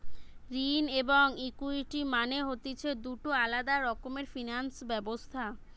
ঋণ এবং ইকুইটি মানে হতিছে দুটো আলাদা রকমের ফিনান্স ব্যবস্থা